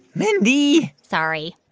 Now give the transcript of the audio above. mindy sorry